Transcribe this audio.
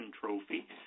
Trophy